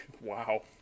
Wow